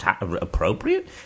appropriate